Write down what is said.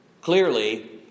clearly